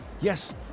yes